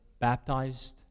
baptized